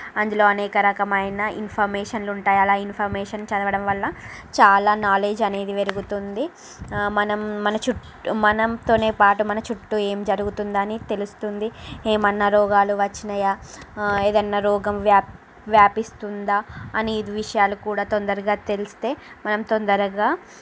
అందులో అనేక రకమైన ఇన్ఫర్మేషన్లుంటాయి అలా ఇన్ఫర్మేషన్ చదవడం వల్ల చాలా నాలెడ్జ్ అనేది పెరుగుతుంది మనం మన చుట్టూ మనంతోనే పాటు మన చుట్టూ ఏం జరుగుతుందని తెలుస్తుంది ఏమన్నా రోగాలు వచ్చినయ ఏదన్నా రోగం వ్యా వ్యాపిస్తుందా అనే విషయాలు కూడా తొందరగా తెలుస్తే మనం తొందరగా